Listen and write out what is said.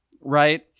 right